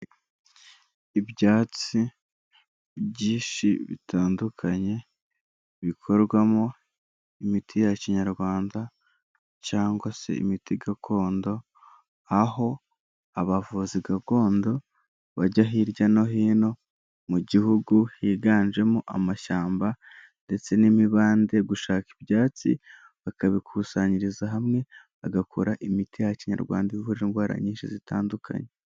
Ibyatsi byinshi bitandukanye, bikorwamo imiti ya Kinyarwanda cyangwa se imiti gakondo, aho abavuzi gakondo bajya hirya no hino mu gihugu higanjemo amashyamba ndetse n'imibande gushaka ibyatsi, bakabikusanyiriza hamwe, bagakora imiti ya Kinyarwanda ivura indwara nyinshi zitandukanye.